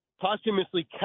posthumously